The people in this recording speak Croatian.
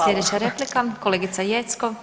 Slijedeća replika kolegica Jeckov.